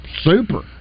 Super